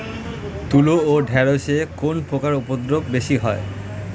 তুলো ও ঢেঁড়সে কোন পোকার উপদ্রব বেশি হয়?